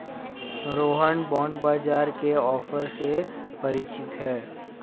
Rohan bond बाजार के offer से परिचित है